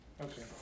Okay